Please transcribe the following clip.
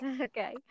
Okay